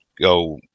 go